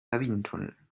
lawinentunnel